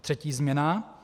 Třetí změna.